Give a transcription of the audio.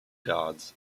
gods